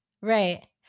Right